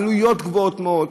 עלויות גבוהות מאוד,